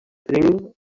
thing